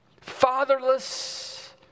Fatherless